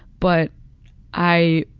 but i